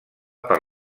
per